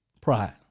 pride